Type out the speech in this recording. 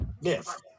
Yes